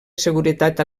seguretat